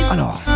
Alors